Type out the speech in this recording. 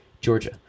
Georgia